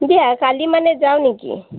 দিয়া কালি মানে যাওঁ নেকি